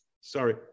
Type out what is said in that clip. sorry